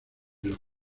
los